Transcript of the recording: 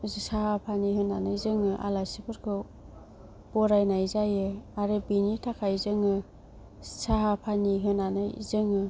साहा फानि होनानै जोङो आलासिफोरखौ बरायनाय जायो आरो बिनि थाखाय साहा फानि होनानै